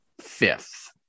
fifth